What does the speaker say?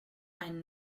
ein